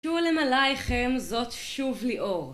שולם עלייכם, זאת שוב ליאור